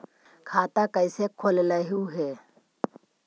खाता कैसे खोलैलहू हे?